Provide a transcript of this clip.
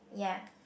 ya